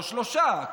או שלושה,